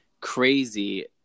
crazy